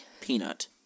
Peanut